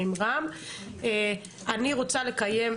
אני רוצה לקיים,